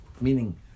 meaning